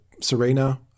Serena